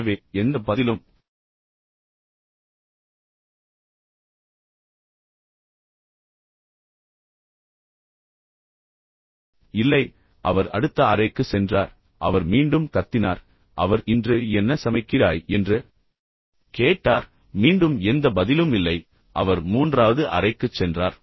எனவே எந்த பதிலும் இல்லை பின்னர் அவர் அடுத்த அறைக்கு சென்றார் பின்னர் அவர் மீண்டும் கத்தினார் அவர் இன்று என்ன சமைக்கிறார் என்று கேட்டார் மீண்டும் எந்த பதிலும் இல்லை அவர் மூன்றாவது அறைக்குச் சென்றார்